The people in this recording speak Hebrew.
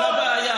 זה לא עלה להצבעה,